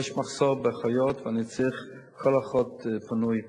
יש מחסור באחיות, ואני צריך כל אחות פנויה.